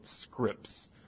scripts